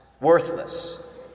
worthless